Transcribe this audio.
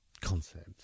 concept